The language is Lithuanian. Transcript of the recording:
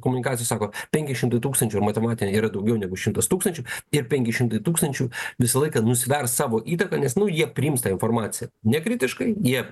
komunikacijos sako penki šimtai tūkstančių matematinei yra daugiau negu šimtas tūkstančių ir penki šimtai tūkstančių visą laiką nusvers savo įtaką nes nu jie priims tą informaciją nekritiškai jie